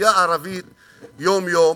כאוכלוסייה ערבית יום-יום.